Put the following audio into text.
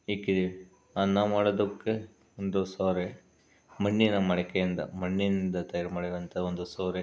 ಇಟ್ಟಿದ್ದೀವಿ ಅನ್ನ ಮಾಡೋದಕ್ಕೆ ಒಂದು ಸೌದೆ ಮಣ್ಣಿನ ಮಡಿಕೆಯಿಂದ ಮಣ್ಣಿನಿಂದ ತಯಾರು ಮಾಡಿದಂಥ ಒಂದು ಸೌದೆ